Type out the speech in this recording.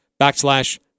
backslash